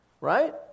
right